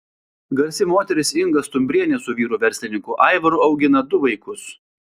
garsi moteris inga stumbrienė su vyru verslininku aivaru augina du vaikus